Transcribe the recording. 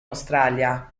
australia